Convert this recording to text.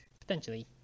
Potentially